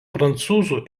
prancūzų